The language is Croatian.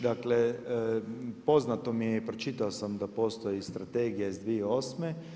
Dakle, poznato mi je i pročitao sam da postoji i Strategija iz 2008.